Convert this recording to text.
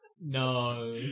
no